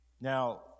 now